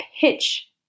pitch